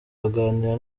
aganira